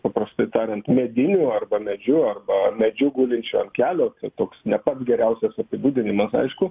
paprastai tariant mediniu arba medžiu arba medžiu gulinčiu an kelio tai toks ne pats geriausias apibūdinimas aišku